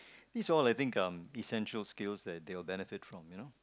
these all I think um essential skills that they will benefit from you know